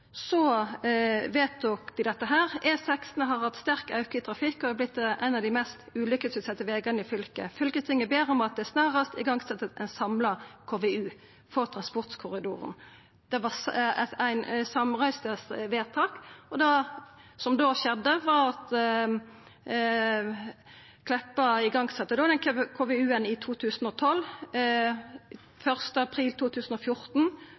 vedtok dei følgjande: «E16 har hatt ein sterk auke i trafikk og er vorte ein av dei mest ulykkesutsette vegane i fylket. Fylkestinget ber om at det snarast vert sett i gang ein samla KVU for transportkorridoren mellom Arna og Voss som omfattar E16 og Vossebanen.» Det var eit samrøystes vedtak. Det som da skjedde, var at statsråd Meltveit Kleppa sette i verk den KVU-en i 2012. Den 1. april 2014